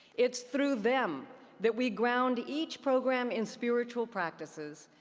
it's through them that we ground each program in spiritual practices.